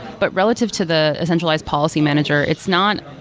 but relative to the centralized policy manager, it's not